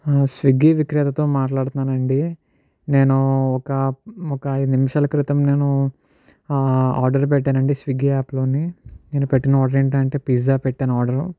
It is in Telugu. స్విగ్గీ విక్రయాలతో మాట్లాడతానండి నేను ఒక ఒక ఐదు నిమిషాల నేను క్రితం నేను ఆర్డర్ పెట్టాను అండి స్విగ్గి యాప్లోని నేను పెట్టిన ఆర్డర్ ఏంటి అంటే పిజ్జా పెట్టాను ఆర్డర్